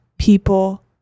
people